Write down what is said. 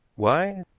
why?